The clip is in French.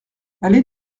allée